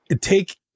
take